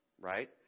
Right